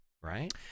right